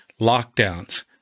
lockdowns